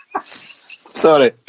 sorry